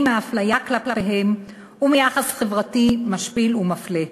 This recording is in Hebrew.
מאפליה כלפיהם ומיחס חברתי משפיל ומפלה.